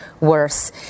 worse